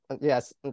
yes